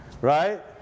right